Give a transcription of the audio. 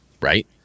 right